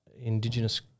Indigenous